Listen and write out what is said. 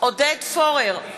עודד פורר,